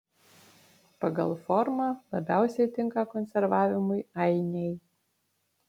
pagal formą labiausiai tinka konservavimui ainiai